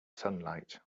sunlight